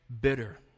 bitter